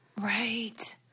right